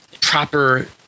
proper